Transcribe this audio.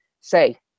say